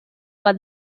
but